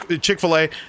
Chick-fil-A